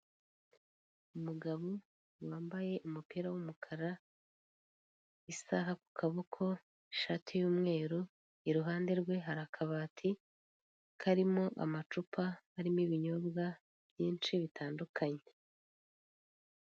Umugabo wambaye umupira w'umukara, isaha ku kaboko, ishati y'umweru iruhande rwe hari akabati karimo amacupa arimo ibinyobwa byinshi bitandukanye.